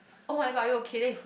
[oh]-my-god are you okay then he